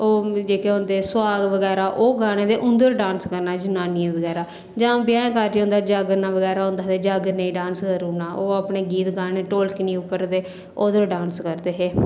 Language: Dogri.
ओह् जेह्के होंदे सुहाग बगैरा ओह् गाने ते उं'दे पर डांस करना जनानियें बगैरा जां ब्याहें कारजें च जागरना बगैरा होंदा हा ते डांस करी ना ते ओह् अपने गीत गाने ढोलकनी उप्पर ते ओह्दे पर डांस करदे हे